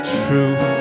true